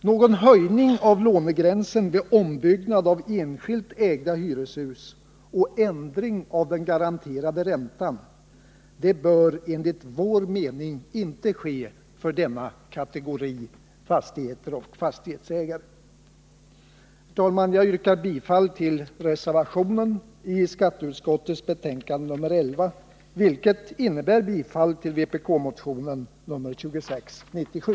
Någon höjning av lånegränsen vid ombyggnad av enskilt ägda hyreshus och ändring av den garanterade räntan bör enligt vår mening inte ske för denna kategori av fastigheter och fastighetsägare. Herr talman! Jag yrkar bifall till reservationen i skatteutskottets betänkande nr 11, vilket innebär bifall till vpk-motionen 2697.